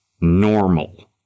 normal